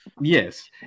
Yes